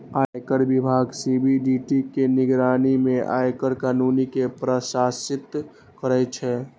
आयकर विभाग सी.बी.डी.टी के निगरानी मे आयकर कानून कें प्रशासित करै छै